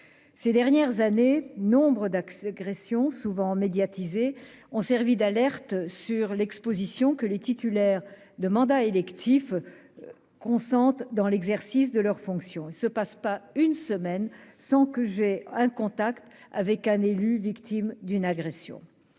Ces dernières années, nombre d'agressions, souvent médiatisées, ont servi d'alerte quant à l'exposition que consentent les titulaires de mandats électifs dans l'exercice de leurs fonctions. Il ne se passe pas une semaine sans que j'aie un contact avec un élu victime d'agression.